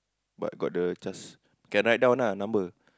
but got the C_H_A_S can write down ah number